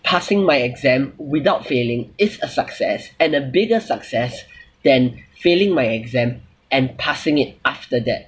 passing my exam without failing is a success and a bigger success than failing my exam and passing it after that